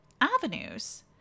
avenues